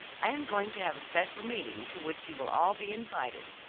i am going to have a special meeting to which you will all be invited,